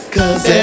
Cause